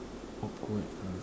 awkward